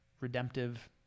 redemptive